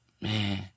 man